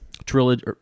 Trilogy